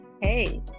Hey